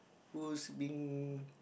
who's been